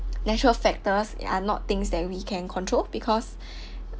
natural factors are not things that we can control because